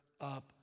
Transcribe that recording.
up